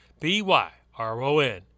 B-Y-R-O-N